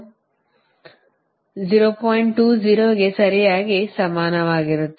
20 ಗೆ ಸರಿಯಾಗಿ ಸಮಾನವಾಗಿರುತ್ತದೆ